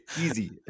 Easy